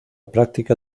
práctica